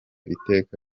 iteka